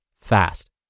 fast